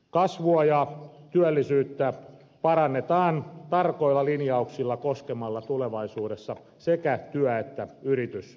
kasvua ja työllisyyttä parannetaan tekemällä tarkkoja tulevaisuuden linjauksia sekä työ että yritysveron suhteen